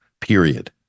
period